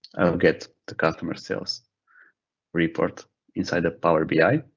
get the customer sales report inside the power bi.